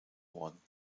worden